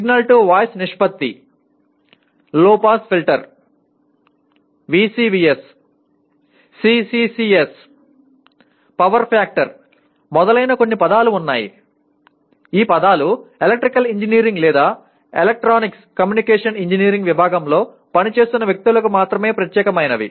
signal to noise నిష్పత్తి low pass filter VCVS CCCS power factor మొదలైన కొన్ని పదాలు ఉన్నాయి ఈ పదాలు ఎలక్ట్రికల్ ఇంజనీరింగ్ లేదా ఎలక్ట్రానిక్స్ కమ్యూనికేషన్ ఇంజనీరింగ్ విభాగంలో పనిచేస్తున్న వ్యక్తులకు మాత్రమే ప్రత్యేకమైనవి